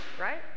right